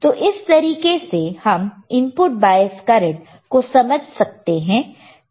तो इस तरीके से हम इनपुट बायस करंट को समझ सकते हैं